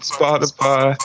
Spotify